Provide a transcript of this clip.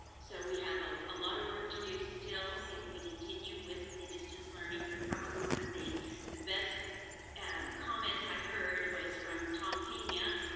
so we have a lot of work to do still, if we continue with the distance learning, but probably one the the best and comments i heard was from tom pena,